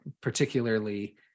particularly